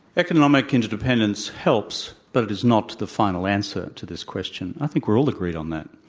economic interdependence helps, but it is not the final answer to this question. i think we're all agreed on that.